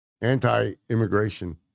anti-immigration